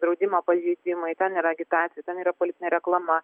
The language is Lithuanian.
draudimo pažeidimai ten yra agitacija ten yra politinė reklama